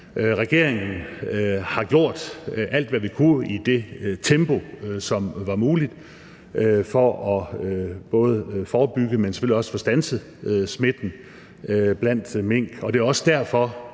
Regeringen har gjort alt, hvad vi kunne i det tempo, som var muligt, for både at forebygge, men selvfølgelig også for at få standset smitten blandt mink. Og det er også derfor,